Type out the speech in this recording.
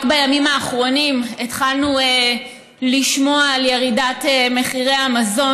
רק בימים האחרונים התחלנו לשמוע על ירידת מחירי המזון.